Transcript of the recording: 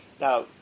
Now